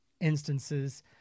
instances